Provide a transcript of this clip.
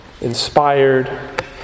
inspired